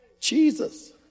Jesus